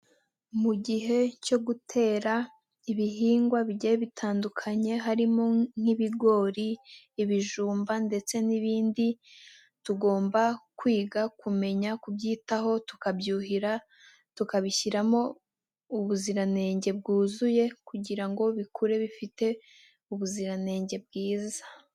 Mu gihe cyo gutera ibihingwa bigiye bitandukanye harimo nk'ibigori, ibijumba ndetse n'ibindi, tugomba kwiga kumenya kubyitaho tukabyuhira, tukabishyiramo ubuziranenge bwuzuye kugira ngo bikure bifite ubuziranenge bwiza.